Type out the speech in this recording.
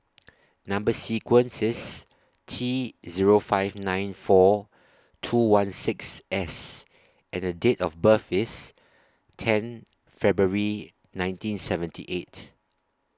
Number sequence IS T Zero five nine four two one six S and Date of birth IS ten February nineteen seventy eight